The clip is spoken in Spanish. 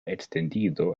extendido